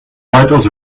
weitaus